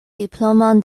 diplomon